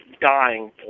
dying